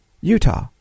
Utah